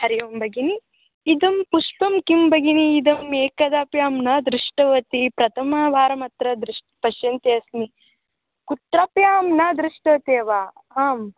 हरिः ओं भगिनी इदं पुष्पं किं भगिनी इदम् एकदापि अं न दृष्टवती प्रथमवारमत्र द्रुश् पश्यन्ती अस्मि कुत्रापि अहं न दृष्टवती एव आम्